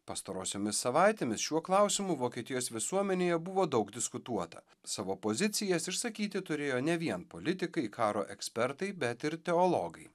pastarosiomis savaitėmis šiuo klausimu vokietijos visuomenėje buvo daug diskutuota savo pozicijas išsakyti turėjo ne vien politikai karo ekspertai bet ir teologai